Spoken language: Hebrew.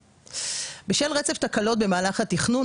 בשל רצף תקלות במהלך התכנון,